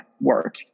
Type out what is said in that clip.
work